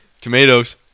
Tomatoes